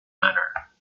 manner